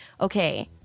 okay